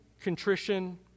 contrition